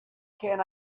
can